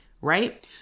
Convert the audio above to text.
Right